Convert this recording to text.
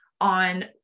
on